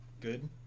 good